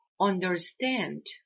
understand